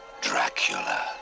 Dracula